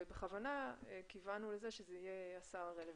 בכוונה כיוונו לכך שזה יהיה השר הרלוונטי.